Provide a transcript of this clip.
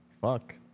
Fuck